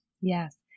Yes